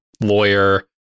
lawyer